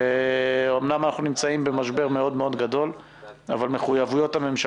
אמנם אנחנו נמצאים במשבר מאוד מאוד גדול אבל הממשלה,